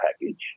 package